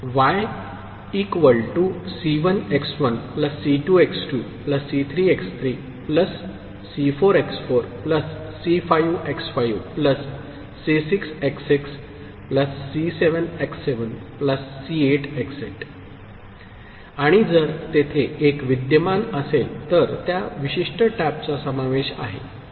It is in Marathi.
y C1x1 C2x2 C3x3 C4x4 C5x5 C6x6 C7x7 C8x8 आणि जर तेथे 1 विद्यमान असेल तर त्या विशिष्ट टॅपचा समावेश आहे